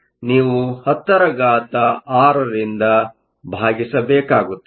ಹಾಗೆಯೇ ನೀವು 106 ರಿಂದ ಭಾಗಿಸಬೇಕಾಗುತ್ತದೆ